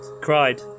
cried